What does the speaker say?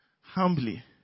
Humbly